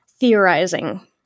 Theorizing